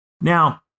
now